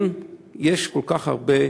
אם יש כל כך הרבה,